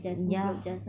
ya